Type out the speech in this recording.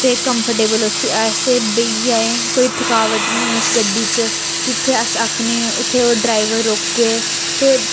ते कम्फ़र्टेबल हौचे ऐसे बेही जाए कोई थकावट नेईं होऐ इस गड्डी च जित्थें अस आखने उत्थें ओह् ड्राइवर रोकै ते